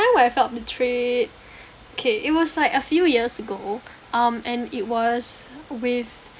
where I felt betrayed okay it was like a few years ago um and it was with